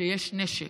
שיש נשק,